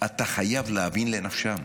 אתה חייב להבין לנפשם,